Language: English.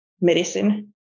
medicine